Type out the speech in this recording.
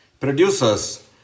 Producers